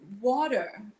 water